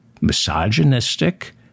misogynistic